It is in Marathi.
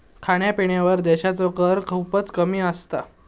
खाण्यापिण्यावर देशाचो कर खूपच कमी असता